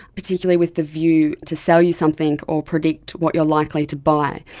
particularly with the view to sell you something or predict what you are likely to buy.